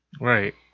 Right